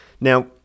Now